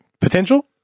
Potential